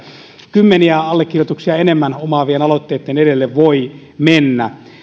kymmeniä allekirjoituksia enemmän omaavien aloitteitten edelle voi mennä